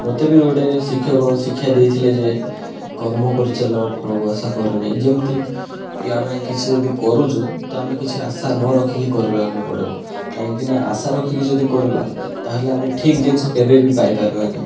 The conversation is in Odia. ମୋତେ ଭି ଗୋଟିଏ ଶିକ୍ଷକ ଶିକ୍ଷା ଦେଇଥିଲେ ଯେ କର୍ମ କରିଚାଲ ଫଳକୁ ଆଶା କରନି ଯେମିତିକି ଆମେ କିଛି ଯଦି କରୁଛୁ ତ ଆମେ କିଛି ଆଶା ନ ରଖିକି କରିବାକୁ ପଡ଼ିବ କାହିଁକି ନା ଆଶା ରଖିକି ଯଦି କରିବା ତାହେଲେ ଆମେ ଠିକ ଜିନିଷ କେବେ ବି ପାଇପାରିବାନି